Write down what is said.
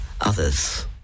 others